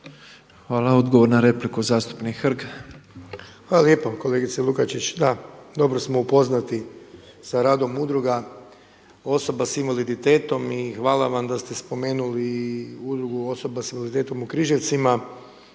Hvala. Odgovor na repliku zastupnik Hrg. **Hrg, Branko (HDS)** Hvala lijepa kolegice Lukačić, da, dobro smo upoznati sa radom udruga osoba sa invaliditetom i hvala vam da ste spomenuli i Udrugu osoba sa invaliditetom u Križevcima